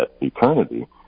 eternity